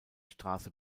straße